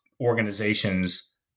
organizations